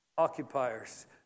Occupiers